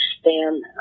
stand